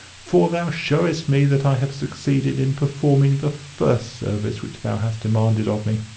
for thou showest me that i have succeeded in performing the first service which thou hast demanded of me.